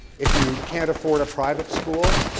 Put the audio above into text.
if you can't afford a private school,